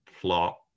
plot